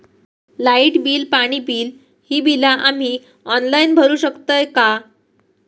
Light bill, पाणी bill, ही बिला आम्ही ऑनलाइन भरू शकतय का?